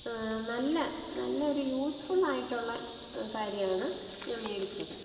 നല്ല നല്ല ഒരു യൂസ്ഫുള്ളായിട്ടുള്ള കാര്യമാണ് ഞാൻ മേടിച്ചത്